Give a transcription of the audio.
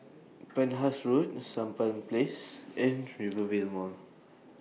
Penhas Road Sampan Place and Rivervale Mall